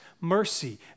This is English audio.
mercy